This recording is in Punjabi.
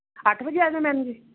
ਅੱਠ ਵਜੇ ਆ ਜਾਂ ਮੈਮ ਜੀ